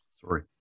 Sorry